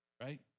right